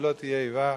ולא תהיה איבה.